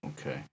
Okay